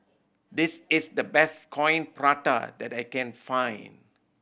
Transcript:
this is the best Coin Prata that I can find